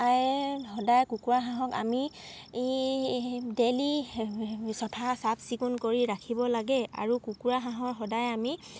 আই সদায় কুকুৰা হাঁহক আমি ডেইলি চফা চাফ চিকুণ কৰি ৰাখিব লাগে আৰু কুকুৰা হাঁহৰ সদায় আমি